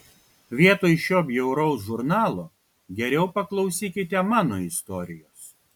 vietoj šio bjauraus žurnalo geriau paklausykite mano istorijos